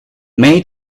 may